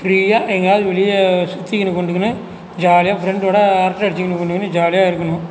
ஃப்ரீயாக எங்கேயாவது வெளியில் சுற்றிக்கின்னு கொண்டுக்கின்னு ஜாலியாக ஃப்ரெண்டோடய அரட்டை அடிச்சுக்கின்னு கொண்டுக்கின்னு ஜாலியாக இருக்கணும்